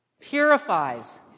Purifies